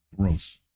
Gross